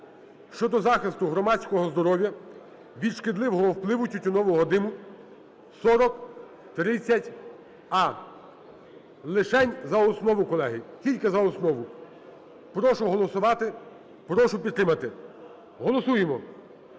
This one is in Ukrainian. (щодо захисту громадського здоров'я від шкідливого впливу тютюнового диму) (4030а) лишень за основу, колеги, тільки за основу. Прошу голосувати, прошу підтримати. Голосуємо.